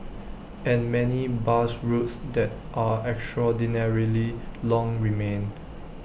and many bus routes that are extraordinarily long remain